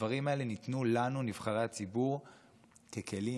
הדברים האלה ניתנו לנו, נבחרי הציבור, ככלים,